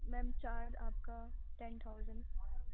میم charge آپ کا ten thousand